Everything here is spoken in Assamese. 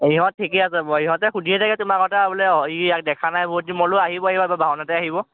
ইহঁত ঠিকে আছে বাৰু ইহঁতে সুধিয়ে তোমাৰ কথা বোলে অ ইয়াক দেখা নাই বহুত দিন মই বোলো আহিব আহিব ভাওনাতে আহিব